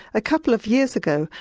a couple of years ago,